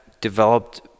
developed